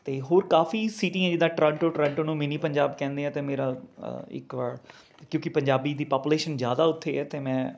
ਅਤੇ ਹੋਰ ਕਾਫੀ ਸੀਟੀਆਂ ਹੈ ਜਿੱਦ ਟਰਾਂਟੋ ਟਰਾਂਟੋ ਨੂੰ ਮਿੰਨੀ ਪੰਜਾਬ ਕਹਿੰਦੇ ਹੈ ਅਤੇ ਮੇਰਾ ਇੱਕ ਵਾਰ ਕਿਉਂਕਿ ਪੰਜਾਬੀ ਦੀ ਪਾਪੂਲੇਸ਼ਨ ਜ਼ਿਆਦਾ ਉੱਥੇ ਹੈ ਅਤੇ ਮੈਂ